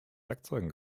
werkzeugen